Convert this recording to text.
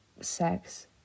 sex